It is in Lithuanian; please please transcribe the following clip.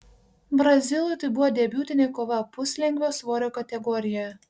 brazilui tai buvo debiutinė kova puslengvio svorio kategorijoje